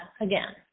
again